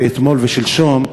ואתמול ושלשום,